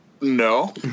No